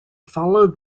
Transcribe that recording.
followed